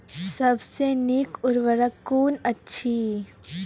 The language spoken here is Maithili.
सबसे नीक उर्वरक कून अछि?